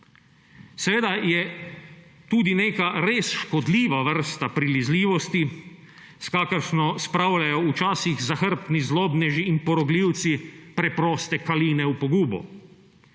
Seveda je tudi neka res škodljiva vrsta prilizljivosti, s kakršno spravljajo včasih zahrbtni zlobneži in porogljivci preproste kaline v pogubo.